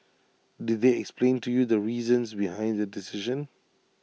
did they explain to you the reasons behind their decision